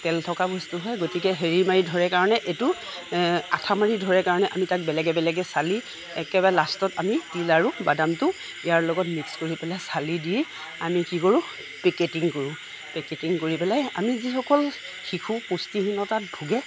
তেল থকা বস্তু হয় গতিকে হেৰি মাৰি ধৰে কাৰণে এইটো আঠা মাৰি ধৰে কাৰণে আমি তাক বেলেগে বেলেগে চালি একেবাৰে লাষ্টত আমি তিল আৰু বাদামটো ইয়াৰ লগত মিক্স কৰি পেলাই চালি দি আমি কি কৰোঁ পেকেটিং কৰোঁ পেকেটিং কৰি পেলাই আমি যিসকল শিশু পুষ্টিহীনতাত ভোগে